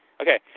Okay